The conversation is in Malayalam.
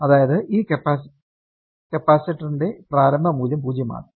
അതായതു ഈ കപ്പാസിറ്ററിന്റെ പ്രാരംഭ മൂല്യം 0 ആണ്